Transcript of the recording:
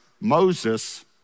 Moses